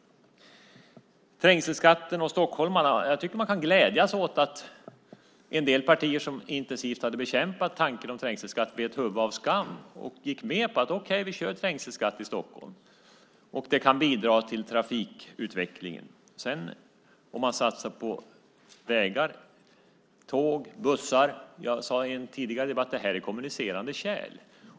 Vad gäller trängselskatten och stockholmarna tycker jag att man kan glädjas åt att en del partier, som intensivt hade bekämpat tanken på trängselskatt, bet huvudet av skammen och gick med på att ha trängselskatt i Stockholm eftersom det kan bidra till trafikutvecklingen. Man kan satsa på såväl vägar som tåg och bussar; jag sade i en tidigare debatt att det är fråga om kommunicerande kärl.